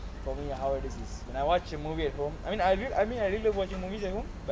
for me how it is is is like I watch a movie at home I mean I really I mean I remember watching movies at home